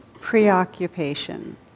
preoccupation